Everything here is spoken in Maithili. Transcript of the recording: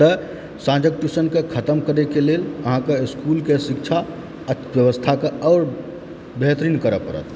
तऽ साँझक ट्यूशनके खतम करैके लेल अहाँकेँ इस्कूलके शिक्षा अर्थव्यवस्थाके आओर बेहतरीन करऽ पड़त